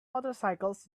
motorcycles